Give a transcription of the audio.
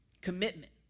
commitment